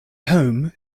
home